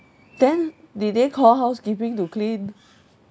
then did they call housekeeping to clean